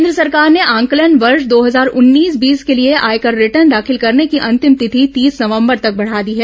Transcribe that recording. केंद्र सरकार ने आकलन वर्ष दो हजार उन्नीस बीस के लिए आयकर रिटर्न दाखिल करने की अंतिम तिथि तीस नवंबर तक बढ़ा दी है